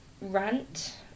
rant